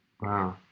Wow